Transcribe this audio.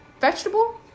Vegetable